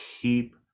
keep